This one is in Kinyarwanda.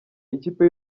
ikipe